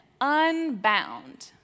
unbound